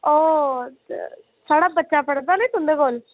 साढ़ा बच्चा पढ़दा नी तुंदे कोल